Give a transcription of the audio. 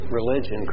religion